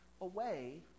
away